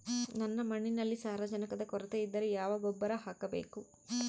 ನನ್ನ ಮಣ್ಣಿನಲ್ಲಿ ಸಾರಜನಕದ ಕೊರತೆ ಇದ್ದರೆ ಯಾವ ಗೊಬ್ಬರ ಹಾಕಬೇಕು?